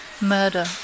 Murder